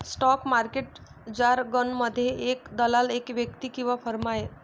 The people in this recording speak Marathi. स्टॉक मार्केट जारगनमध्ये, एक दलाल एक व्यक्ती किंवा फर्म आहे